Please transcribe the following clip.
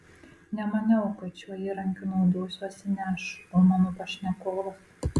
nemaniau kad šiuo įrankiu naudosiuosi ne aš o mano pašnekovas